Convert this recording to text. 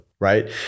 right